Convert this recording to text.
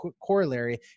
corollary